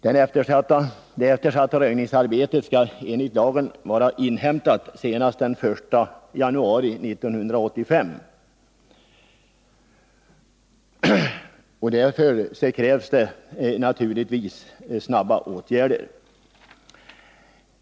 Det eftersatta röjningsbehovet skall enligt lagen vara inhämtat senast den 1 januari 1985. Därför krävs snabba åtgärder.